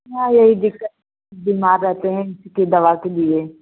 हाँ यही दिक़्क़त बीमार रहते हैं इसी की दवा के लिए